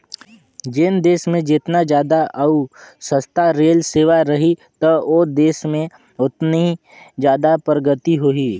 जेन देस मे जेतना जादा अउ सस्ता रेल सेवा रही त ओ देस में ओतनी जादा परगति होही